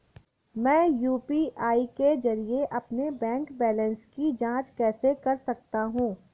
मैं यू.पी.आई के जरिए अपने बैंक बैलेंस की जाँच कैसे कर सकता हूँ?